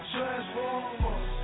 Transformers